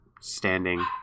standing